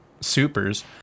supers